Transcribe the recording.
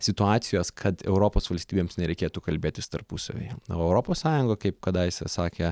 situacijos kad europos valstybėms nereikėtų kalbėtis tarpusavyje o europos sąjunga kaip kadaise sakė